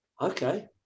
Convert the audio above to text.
Okay